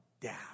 down